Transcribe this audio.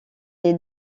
est